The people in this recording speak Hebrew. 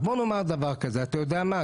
אז בוא נאמר דבר כזה: אתה יודע מה?